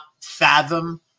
fathom